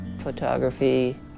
photography